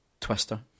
Twister